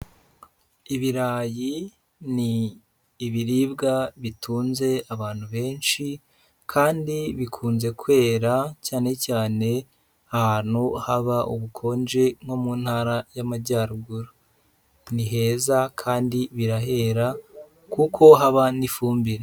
Ibirayi ni ibiribwa bitunze abantu benshi kandi bikunze kwera cyane cyane ahantu haba ubukonje nko mu ntara y'amajyaruguru. Ni heza kandi birahera kuko haba n'ifumbire.